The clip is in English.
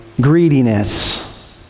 greediness